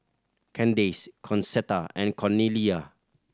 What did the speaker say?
Kandace Concetta and Cornelia